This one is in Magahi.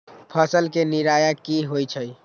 फसल के निराया की होइ छई?